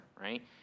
right